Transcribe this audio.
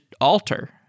alter